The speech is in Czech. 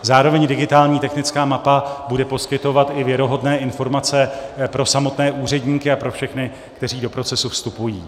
Zároveň digitální technická mapa bude poskytovat i věrohodné informace pro samotné úředníky a pro všechny, kteří do procesu vstupují.